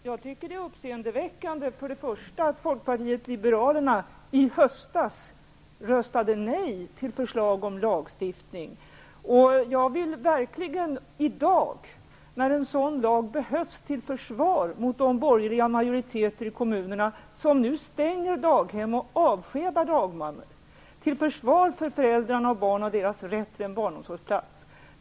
Herr talman! Jag tycker att det är uppseendeväckande att folkpartiet liberalerna i höstas röstade nej till förslaget om lagstiftning. I dag behövs verkligen en sådan lag som försvar mot de borgerliga majoriteter i kommunerna som nu stänger daghem och avskedar dagmammor och som försvar för föräldrarnas och deras barns rätt till en barnomsorgsplats.